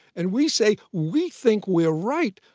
and we say, we think we're right.